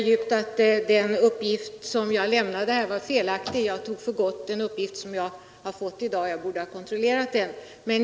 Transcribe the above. Fru talman! Jag beklagar djupt att jag här lämnade en felaktig uppgift. Jag tog för god denna uppgift när jag själv fick den i dag, men jag borde ha kontrollerat den.